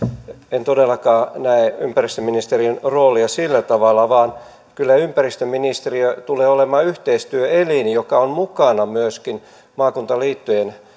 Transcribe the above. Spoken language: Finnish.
en todellakaan näe ympäristöministeriön roolia sillä tavalla vaan kyllä ympäristöministeriö tulee olemaan yhteistyöelin joka on mukana myöskin maakuntaliittojen